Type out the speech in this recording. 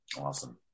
Awesome